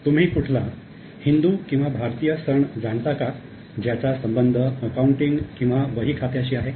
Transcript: तुम्ही कुठला हिंदू किंवा भारतीय सण जाणता का ज्याचा संबंध अकाउंटिंग किंवा वही खात्याशी आहे